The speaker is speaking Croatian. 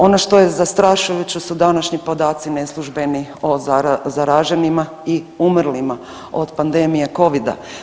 Ono što je zastrašujuće su današnji podaci neslužbeni o zaraženima i umrlima od pandemije Covida.